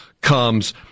comes